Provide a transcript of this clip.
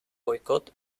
boicot